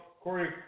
Corey